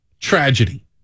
tragedy